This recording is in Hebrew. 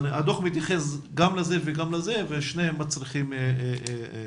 הדוח מתייחס גם לזה וגם לזה ושני הדברים מצריכים טיפול.